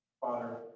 Father